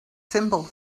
simple